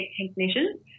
technicians